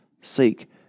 seek